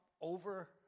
over